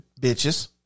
Bitches